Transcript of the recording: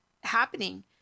happening